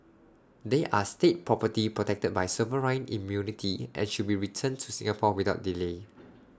they are state property protected by sovereign immunity and should be returned to Singapore without delay